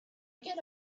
get